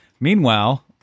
Meanwhile